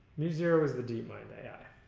muzero is the deepminds yeah